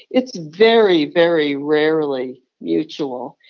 it's very, very rarely mutual.